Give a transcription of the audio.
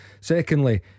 Secondly